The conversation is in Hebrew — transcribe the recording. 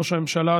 ראש הממשלה,